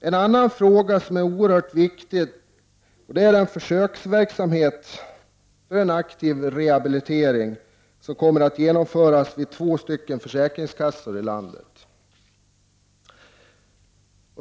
En annan fråga som är oerhört viktig är den försöksverksamhet med en aktiv rehabilitering som kommer att genomföras vid två försäkringskassor i landet.